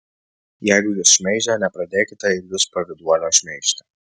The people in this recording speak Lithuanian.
jeigu jus šmeižia nepradėkite ir jūs pavyduolio šmeižti